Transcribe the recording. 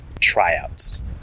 tryouts